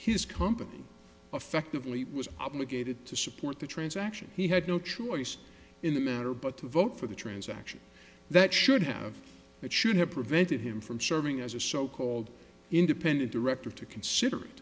his company affectively was obligated to support the transaction he had no choice in the matter but to vote for the transaction that should have it should have prevented him from serving as a so called independent director to consider